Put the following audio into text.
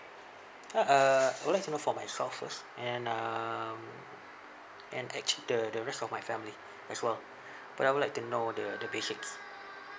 ah uh I would like to know for myself first and um and actually the the rest of my family as well but I would like to know the the basics